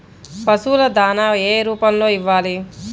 పశువుల దాణా ఏ రూపంలో ఇవ్వాలి?